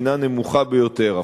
הינה נמוכה ביותר,